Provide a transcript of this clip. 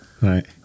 Right